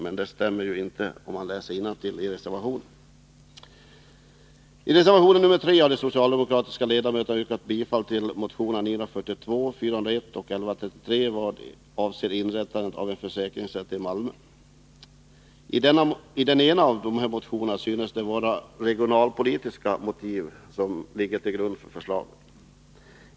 Men det stämmer inte med vad som står i reservationen. I reservation 3 har de socialdemokratiska ledamöterna yrkat bifall till motionerna 942, 401 och 1133 i vad avser inrättandet av en försäkringsrätt i Malmö. I den ena av motionerna synes det vara regionalpolitiska motiv som ligger till grund för förslaget.